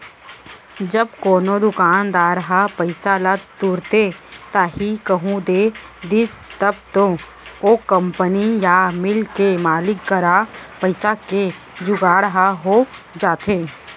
जब कोनो दुकानदार ह पइसा ल तुरते ताही कहूँ दे दिस तब तो ओ कंपनी या मील के मालिक करा पइसा के जुगाड़ ह हो जाथे